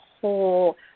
whole